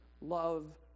love